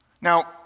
Now